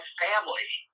family